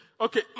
Okay